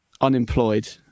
unemployed